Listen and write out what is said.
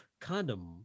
condom